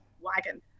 wagon